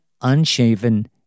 unshaven